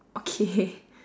okay